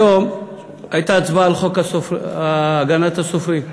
היום הייתה הצבעה על חוק הגנת הסופרים.